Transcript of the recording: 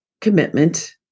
commitment